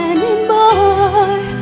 Anymore